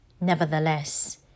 Nevertheless